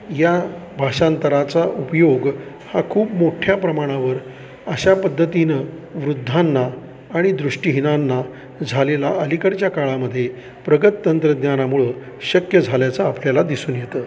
या भाषांतराचा उपयोग हा खूप मोठ्या प्रमाणावर अशा पद्धतीनं वृद्धांना आणि दृष्टीहीनांना झालेला अलीकडच्या काळामध्ये प्रगत तंत्रज्ञानामुळं शक्य झाल्याचा आपल्याला दिसून येतं